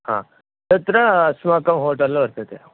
हा तत्र अस्माकं होटल् वर्तते